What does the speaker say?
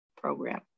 program